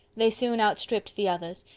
they soon outstripped the others,